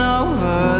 over